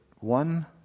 one